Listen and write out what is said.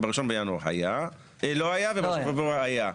ובראשון בינואר לא היה, ובראשון בפברואר היה.